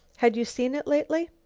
had you seen it lately?